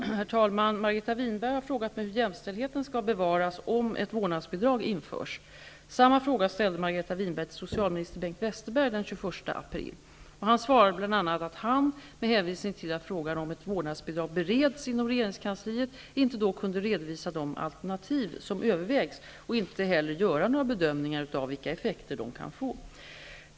Herr talman! Margareta Winberg har frågat mig hur jämställdheten skall bevaras om ett vårdnadsbidrag införs. Samma fråga ställde Han svarade bl.a. att han, med hänvisning till att frågan om ett vårdnadsbidrag bereddes inom regeringskansliet, inte då kunde redovisa de alternativ som övervägs och inte heller göra några bedömningar av vilka effekter de kan få.